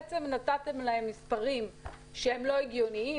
בעצם נתתם להם מספרים שהם לא הגיוניים